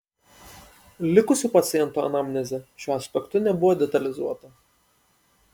likusių pacientų anamnezė šiuo aspektu nebuvo detalizuota